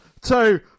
two